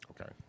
okay